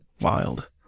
wild